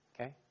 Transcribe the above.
Okay